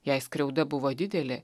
jei skriauda buvo didelė